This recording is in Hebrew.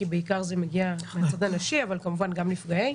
כי זה בעיקר מגיע מהצד הנשי אבל כמובן שגם נפגעים.